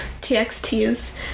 TXT's